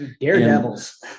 Daredevils